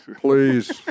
Please